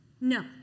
no